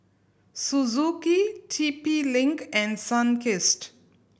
Suzuki T P Link and Sunkist